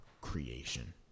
creation